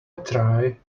try